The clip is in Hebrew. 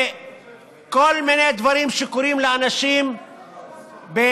וכל מיני דברים קורים לאנשים בחנויות,